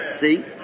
See